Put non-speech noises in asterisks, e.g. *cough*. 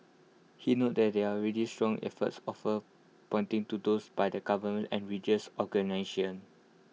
he noted that there are already strong efforts offer pointing to those by the government and religious *unintelligible*